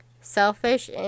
selfish